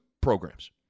programs